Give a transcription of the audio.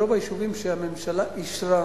ברוב היישובים שהממשלה אישרה,